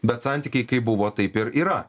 bet santykiai kaip buvo taip ir yra